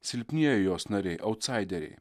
silpnieji jos nariai autsaideriai